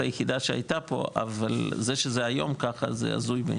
היחידה שהייתה פה אבל זה שהיום זה כך זה הזוי.